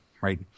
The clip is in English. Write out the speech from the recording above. right